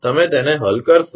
તમે તેને હલ કરશો